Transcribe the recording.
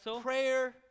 prayer